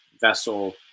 vessel